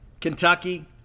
Kentucky